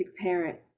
parent